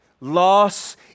Loss